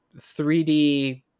3d